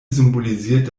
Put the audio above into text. symbolisiert